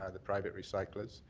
ah the private recyclers,